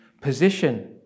position